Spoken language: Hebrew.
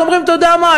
אז אומרים: אתה יודע מה,